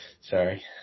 Sorry